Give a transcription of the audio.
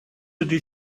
ydy